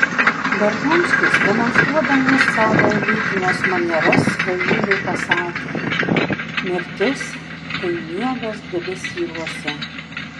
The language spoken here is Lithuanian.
beržonskis demonstruodamas savo elitines manieras svajingai pasakė mirtis tai miegas debesyluose